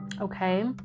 Okay